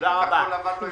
תודה רבה.